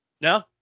no